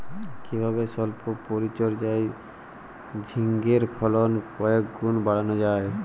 কিভাবে সল্প পরিচর্যায় ঝিঙ্গের ফলন কয়েক গুণ বাড়ানো যায়?